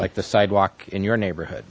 like the sidewalk in your neighborhood